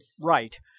right